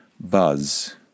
buzz